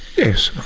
yes,